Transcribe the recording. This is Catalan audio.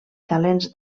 talents